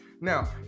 Now